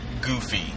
goofy